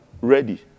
ready